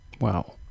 Wow